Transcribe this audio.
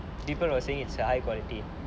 people are saying it's a high quality